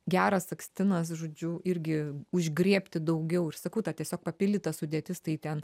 geras akstinas žodžiu irgi užgriebti daugiau ir sakau ta tiesiog papildyta sudėtis tai ten